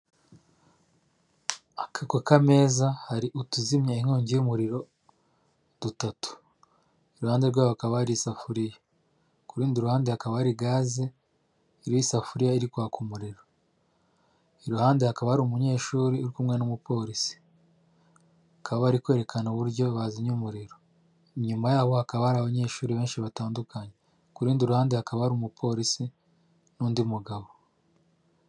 Ako k'ameza hari utuzimya inkongi y'umuriro dutatu iruhande rw'abagabo hari isafuriya ku rundi ruhande hakaba hari gaze isafuriya iri kwaka umuriro iruhande hakaba hari umunyeshuri uri kumwe n'umupolisi akaba ari kwerekana uburyo bazimya umuriro nyuma yaho hakaba hari abanyeshuri benshi batandukanye ku rundi ruhandeha kaba hari umupolisi n'undi mugabo.